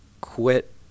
quit